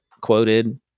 quoted